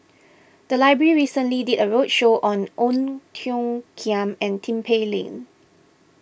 the library recently did a roadshow on Ong Tiong Khiam and Tin Pei Ling